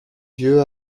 yeux